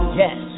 yes